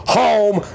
home